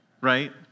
right